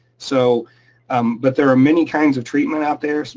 so um but there are many kinds of treatment out there,